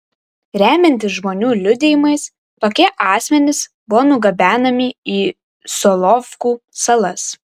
remiantis žmonių liudijimais tokie asmenys buvo nugabenami į solovkų salas